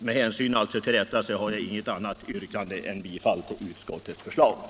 Med hänsyn till detta har jag inget annat yrkande än om bifall till utskottets hemställan.